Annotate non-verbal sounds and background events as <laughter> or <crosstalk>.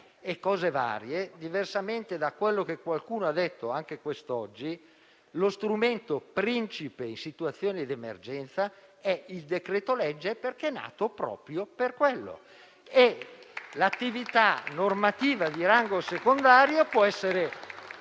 a cose varie. Diversamente da quello che qualcuno ha detto anche quest'oggi, lo strumento principe in situazioni d'emergenza è il decreto-legge, perché è nato proprio per quello. <applause> L'attività normativa di rango secondario può essere